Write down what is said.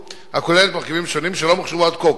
הכוללת מרכיבים שונים שלא מוחשבו עד כה,